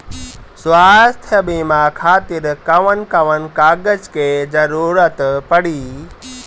स्वास्थ्य बीमा खातिर कवन कवन कागज के जरुरत पड़ी?